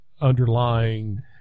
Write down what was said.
underlying